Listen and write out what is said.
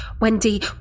Wendy